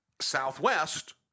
Southwest